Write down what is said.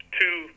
two